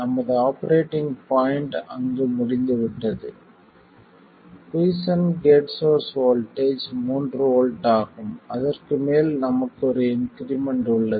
நமது operating point அங்கு முடிந்துவிட்டது குய்ஸ்சென்ட் கேட் சோர்ஸ் வோல்ட்டேஜ் மூன்று வோல்ட் ஆகும் அதற்கு மேல் நமக்கு ஒரு இன்க்ரீமென்ட் உள்ளது